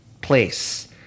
place